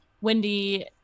Wendy